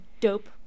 Dope